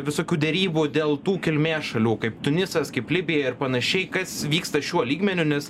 visokių derybų dėl tų kilmės šalių kaip tunisas kaip libija ir panašiai kas vyksta šiuo lygmeniu nes